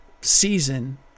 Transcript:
season